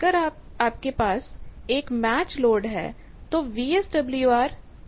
अगर आपके पास एक मैच लोड है तब वीएसडब्ल्यूआर 1 होगा